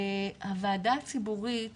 הוועדה הציבורית